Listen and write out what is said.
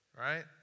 Right